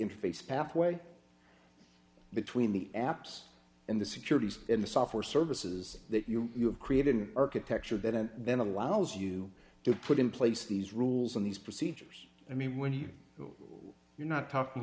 interface pathway between the apps and the securities in the software services that you have created an architecture that and then allows you to put in place these rules in these procedures i mean when you who you're not talking